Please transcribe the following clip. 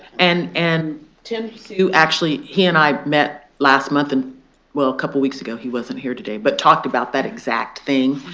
and and tim, who actually he and i met last month, and well a couple of weeks ago, he wasn't here today, but talked about that exact thing.